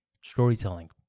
storytelling